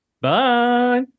Bye